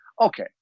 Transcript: okay